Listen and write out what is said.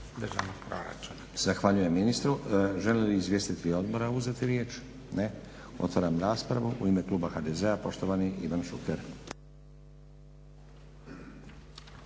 Zahvaljujem ministru. Žele li izvjestitelji odbora uzeti riječ? Ne. Otvaram raspravu. U ime kluba HDZ-a poštovani Ivan Šuker.